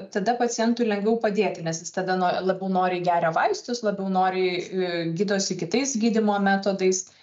tada pacientui lengviau padėti nes jis tada no labiau noriai geria vaistus labiau noriai gydosi kitais gydymo metodais